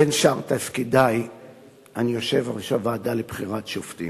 בין שאר תפקידי אני יושב-ראש הוועדה לבחירת שופטים,